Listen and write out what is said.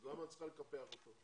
אז למה את צריכה לקפח אותו?